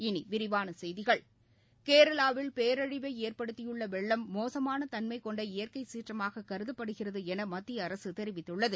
இனி விரிவான செய்திகள் கேரளாவில் பேரழிவை ஏற்படுத்தியுள்ள வெள்ளம் மோசமான தன்மைக் கொண்ட இயற்கை சீற்றமாக கருதப்படுகிறது என மத்திய அரசு தெரிவித்துள்ளது